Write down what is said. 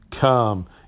come